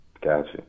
Gotcha